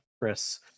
Chris